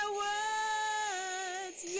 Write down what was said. words